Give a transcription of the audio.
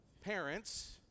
parents